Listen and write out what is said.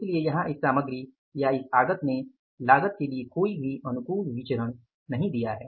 इसलिए यहां इस सामग्री या इस आगत ने लागत के लिए कोई अनुकूल विचरण नहीं दिया है